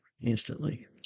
instantly